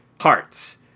hearts